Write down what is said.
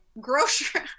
grocery